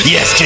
Yes